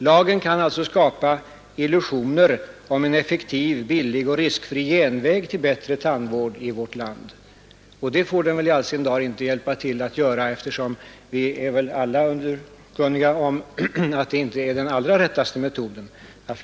Lagen kan alltså skapa illusioner om en effektiv, billig och riskfri genväg till bättre tandvård i vårt land. Det får den väl absolut inte hjälpa till att göra. Vi är väl alla underkunniga om att fluoridering av vattnet inte är den allra rättaste metoden.